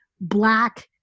Black